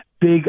big